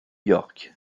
york